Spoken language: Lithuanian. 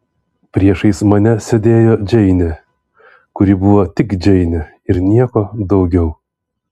priešais mane sėdėjo džeinė kuri buvo tik džeinė ir nieko daugiau